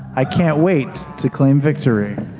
i can't wait to claim victory.